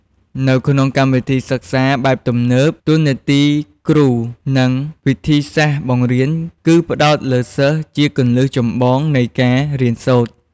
នៅក្នុងកម្មវិធីសិក្សាបែបទំនើប តួនាទីគ្រូ និងវិធីសាស្ត្របង្រៀនគឺ ផ្ដោតលើសិស្សជាគន្លឹះចម្បងនៃការរៀនសូត្រ។